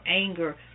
anger